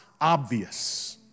obvious